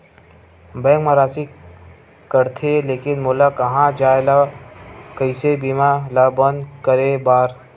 Bank मा राशि कटथे लेकिन मोला कहां जाय ला कइसे बीमा ला बंद करे बार?